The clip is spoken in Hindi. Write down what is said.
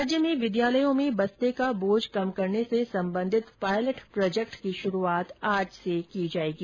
राज्य में विद्यालयों में बस्ते का बोझ कम करने से संबंधित पायलट प्रोजेक्ट की शुरूआत आज से की जायेगी